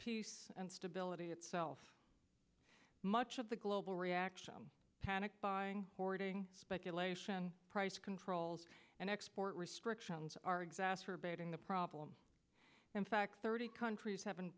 peace and stability itself much of the global reaction panic buying hoarding speculation price controls and export restrictions are exacerbating the problem in fact thirty countries hav